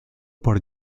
por